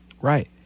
Right